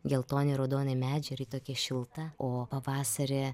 geltoni raudonai medžiai ir ji tokia šilta o pavasarį